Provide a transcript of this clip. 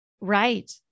Right